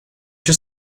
your